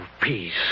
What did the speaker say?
peace